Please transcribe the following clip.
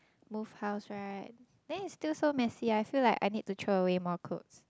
move house right then it's still so messy I feel like I need to throw away more clothes